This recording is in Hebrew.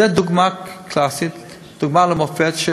זו דוגמה קלאסית, דוגמה למופת.